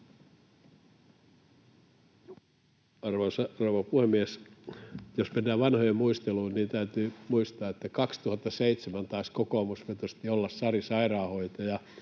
rouva puhemies! Jos mennään vanhojen muisteluun, niin täytyy muistaa, että 2007 taisi kokoomusvetoisesti olla Sari Sairaanhoitaja,